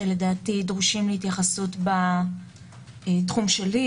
שלדעתי דורשים התייחסות בתחום שלי,